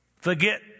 Forget